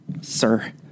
sir